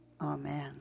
Amen